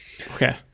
Okay